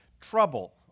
trouble